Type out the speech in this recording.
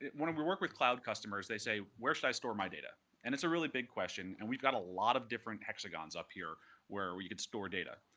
when we work with cloud customers, they say, where should i store my data? and it's a really big question, and we've got a lot of different hexagons up here where we could store data,